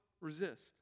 resist